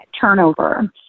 turnover